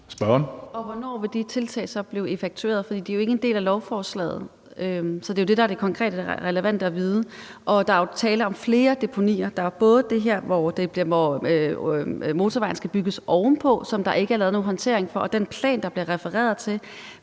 Hvornår vil de tiltag så blive effektueret, for de er jo ikke en del af lovforslaget? Det er jo det, der er det konkrete, og som er relevant at vide. Der er jo tale om flere deponier. Der er både det her, som motorvejen skal bygges oven på, og som der ikke er lavet nogen håndtering af, og hvorfor er den plan, der bliver refereret